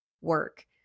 work